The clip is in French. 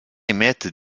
émettent